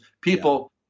people